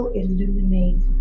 illuminate